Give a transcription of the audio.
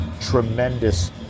tremendous